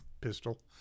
pistol